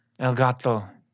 Elgato